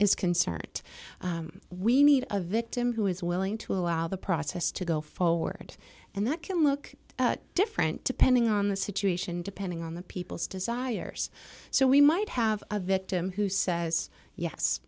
is concerned we need a victim who is willing to allow the process to go forward and that can look different depending on the situation depending on the people's desires so we might have a victim who says yes